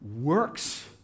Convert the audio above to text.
works